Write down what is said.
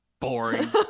Boring